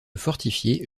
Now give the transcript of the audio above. fortifiée